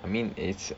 I mean it's